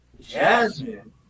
jasmine